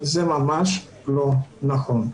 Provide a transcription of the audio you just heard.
זה ממש לא נכון.